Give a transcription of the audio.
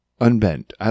unbent